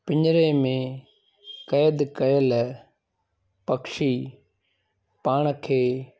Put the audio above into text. पिञरे में क़ैद कयल पक्षी पाण खे